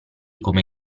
come